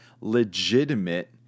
legitimate